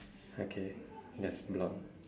okay yes blonde